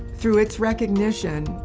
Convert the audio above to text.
through its recognition,